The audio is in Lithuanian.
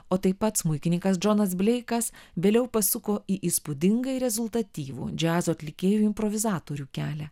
o taip pat smuikininkas džonas bleikas vėliau pasuko į įspūdingai rezultatyvų džiazo atlikėjo improvizatorių kelią